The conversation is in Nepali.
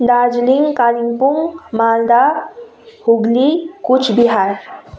दार्जिलिङ कालिम्पोङ मालदा हुगली कुच बिहार